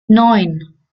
neun